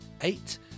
eight